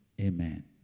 amen